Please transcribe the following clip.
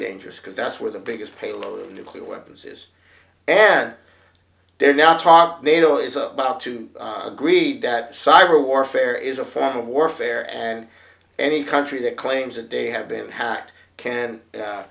dangerous because that's where the biggest payload nuclear weapons is and there's now talk nato is about to agreed that cyber warfare is a form of warfare and any country that claims that they have been hacked can